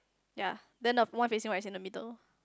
yea then the one facing like in the middle